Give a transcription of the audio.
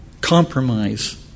compromise